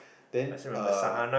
then uh